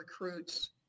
recruits